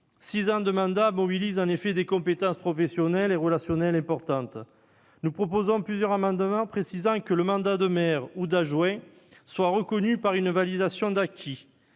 Six ans de mandat mobilisent en effet des compétences professionnelles et relationnelles importantes. Nous proposons plusieurs amendements tendant à préciser que le mandat de maire ou d'adjoint est reconnu par une validation des acquis.